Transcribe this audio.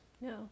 no